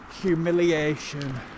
humiliation